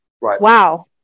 wow